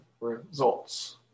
results